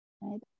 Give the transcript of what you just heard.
right